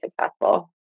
successful